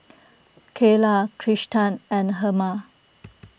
Cayla Kristan and Herma